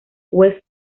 west